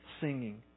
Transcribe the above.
singing